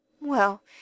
Well